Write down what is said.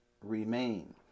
remain